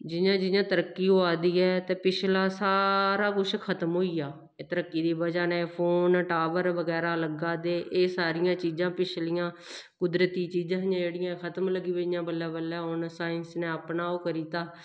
जियां जियां तरक्की होआ दी ऐ ते पिछला सारा कुछ खतम होई गेआ तरक्की दी बजह् नै फोन टावर बगैरा लग्गा दे एह् सारियां चीजां पिछलियां कुदरती चीजां हियां जेह्ड़ियां खतम लगी पेइयां बल्लें बल्लें होन साईंस ने अपना ओह् करी दित्ता